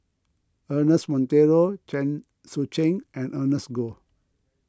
Ernest Monteiro Chen Sucheng and Ernest Goh